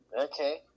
Okay